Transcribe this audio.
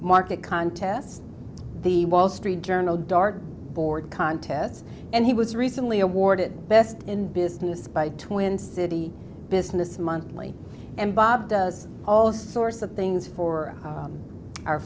market contests the wall street journal dart board contests and he was recently awarded best in the business by twin city business monthly and bob does all sorts of things for